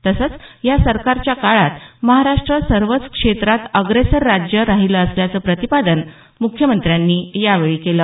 तसंच या सरकारच्या काळात महाराष्ट्र सर्वच क्षेत्रात अग्रेसर राज्य राहिलं असल्याचं प्रतिपादन मुख्यमंत्र्यांनी यावेळी केलं